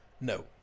No